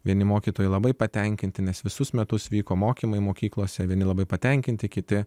vieni mokytojai labai patenkinti nes visus metus vyko mokymai mokyklose vieni labai patenkinti kiti